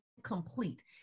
Complete